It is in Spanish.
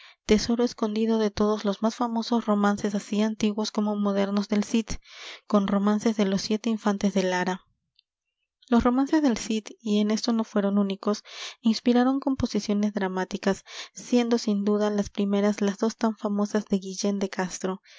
tesoro escondido de todos los más famosos romances así antiguos como modernos del cid con romances de los siete infantes de lara los romances del cid y en esto no fueron únicos inspiraron composiciones dramáticas siendo sin duda las primeras las dos tan famosas de guillén de castro